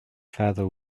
father